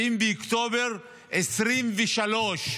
7 באוקטובר 2023,